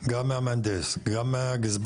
התוכנית המפורטת או המתאר הכוללנית?